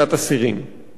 יש בעיה נוספת,